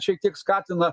šiek tiek skatina